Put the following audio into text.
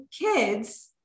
kids